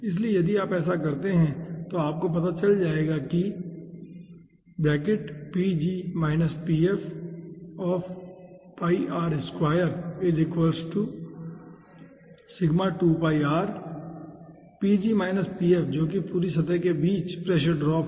इसलिए यदि आप ऐसा करते हैं तो आपको पता चल जाएगा कि जो कि पूरी सतह के बीच प्रेशर ड्रॉप है